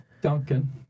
Duncan